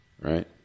right